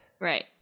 Right